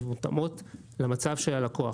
ומותאמות למצב של הלקוח.